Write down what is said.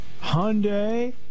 Hyundai